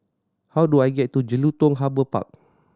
how do I get to Jelutung Harbour Park